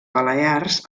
balears